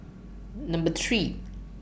Number three